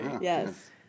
Yes